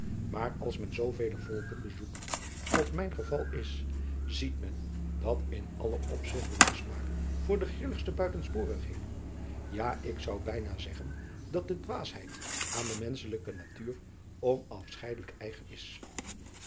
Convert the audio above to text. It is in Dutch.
maar als men zoovele volken bezoekt al mijn geval is ziet men dat in alle opzigten de smaak voor de grilligste buitensporigheden ja ik zou bijna zeggen dat de dwaasheid aan de menschelijke natuur onafscheidelijk eigen is